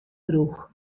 drûch